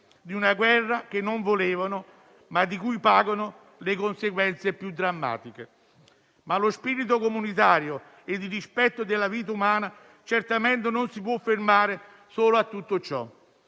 di una guerra che non volevano, ma di cui pagano le conseguenze più drammatiche. Lo spirito comunitario e il rispetto della vita umana certamente non si possono fermare solo a tutto ciò.